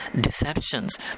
deceptions